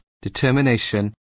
determination